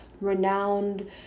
renowned